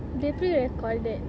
they prerecorded